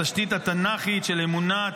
התשתית התנ"כית של אמונה,